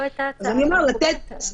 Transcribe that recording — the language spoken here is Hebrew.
אתמול הייתה הצעה שמקובלת עלינו.